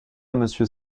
monsieur